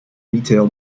retail